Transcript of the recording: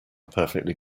perfectly